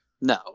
No